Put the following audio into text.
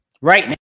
Right